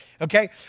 okay